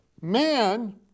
Man